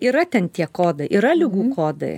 yra ten tie kodai yra ligų kodai